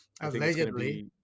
Allegedly